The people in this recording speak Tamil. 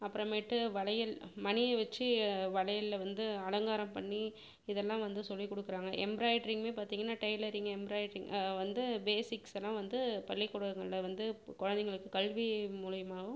அப்புறமேட்டு வளையல் மணியை வைச்சு வளையலில் வந்து அலங்காரம் பண்ணி இதெல்லாம் வந்து சொல்லிக் கொடுக்குறாங்க எம்ப்ராய்ட்ரிங்யுமே பார்த்தீங்கனா டெய்லரிங் எம்ப்ராய்ட்ரிங் வந்து பேசிக்ஸ்ஸெலாம் வந்து பள்ளிக்கூடங்களில் வந்து போ குழந்தைங்களுக்கு கல்வி மூலயமாவும்